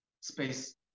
space